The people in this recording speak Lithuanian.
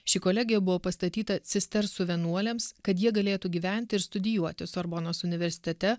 ši kolegija buvo pastatyta cistersų vienuolėms kad jie galėtų gyventi ir studijuoti sorbonos universitete